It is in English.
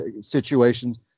situations